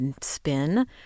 spin